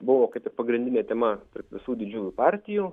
buvo kad ir pagrindinė tema tarp visų didžiųjų partijų